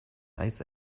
eis